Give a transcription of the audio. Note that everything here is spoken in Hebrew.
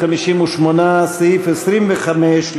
58. סעיף 25,